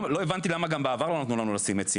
לא הבנתי למה גם בעבר לא נתנו לנו לנטוע עצים,